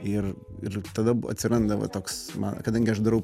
ir ir tada atsiranda va toks na kadangi aš darau